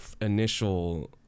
initial